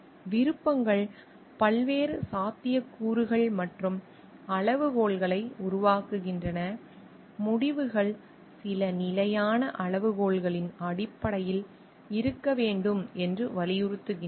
விருப்பங்கள் பல்வேறு சாத்தியக்கூறுகள் மற்றும் அளவுகோல்களை உருவாக்குகின்றன முடிவுகள் சில நிலையான அளவுகோல்களின் அடிப்படையில் இருக்க வேண்டும் என்று வலியுறுத்துகின்றன